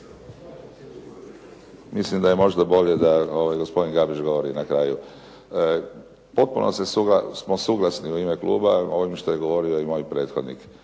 Mislim da je možda bolje da gospodin Gabrić govori na kraju. Potpuno smo suglasni u ime kluba u ovome što je govorio i moj prethodnik,